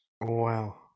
Wow